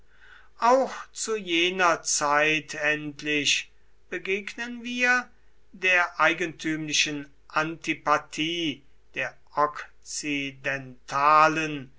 auch zu jener zeit endlich begegnen wir der eigentümlichen antipathie der